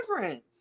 difference